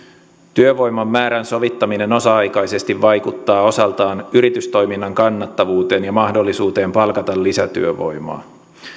työvoiman määrän sovittaminen osa aikaisesti vaikuttaa osaltaan yritystoiminnan kannattavuuteen ja mahdollisuuteen palkata lisätyövoimaa